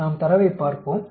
நாம் தரவைப் பார்ப்போம்